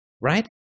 Right